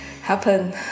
happen